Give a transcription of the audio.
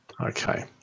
Okay